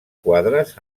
quadres